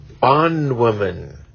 bondwoman